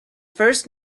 first